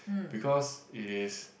because it is